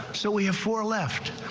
so we have four left.